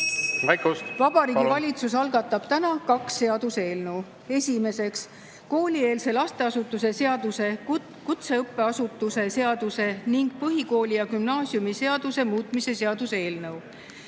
Vabariigi Valitsus algatab täna kaks seaduseelnõu. Esimeseks, koolieelse lasteasutuse seaduse, kutseõppeasutuse seaduse ning põhikooli- ja gümnaasiumiseaduse muutmise seaduse eelnõu.